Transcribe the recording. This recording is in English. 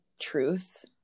truth